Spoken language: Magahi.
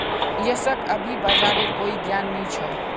यशक अभी बाजारेर कोई ज्ञान नी छ